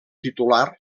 titular